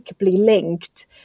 linked